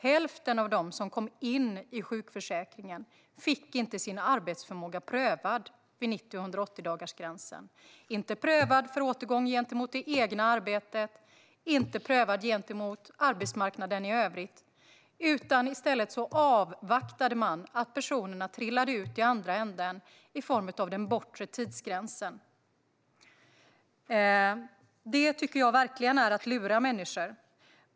Hälften av dem som kom in i sjukförsäkringen fick inte sin arbetsförmåga prövad vid 90 och 180-dagarsgränserna - inte prövad för återgång gentemot det egna arbetet och inte prövad gentemot arbetsmarknaden i övrigt. I stället avvaktade man att personerna trillade ut i andra änden i form av den bortre tidsgränsen. Det tycker jag verkligen är att lura människor.